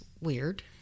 weird